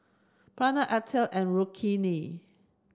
Pranav Atal and Rukmini